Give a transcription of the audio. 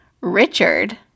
Richard